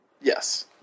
Yes